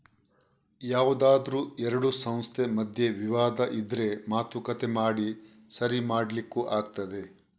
ಯಾವ್ದಾದ್ರೂ ಎರಡು ಸಂಸ್ಥೆ ಮಧ್ಯೆ ವಿವಾದ ಇದ್ರೆ ಮಾತುಕತೆ ಮಾಡಿ ಸರಿ ಮಾಡ್ಲಿಕ್ಕೂ ಆಗ್ತದೆ